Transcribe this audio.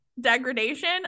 degradation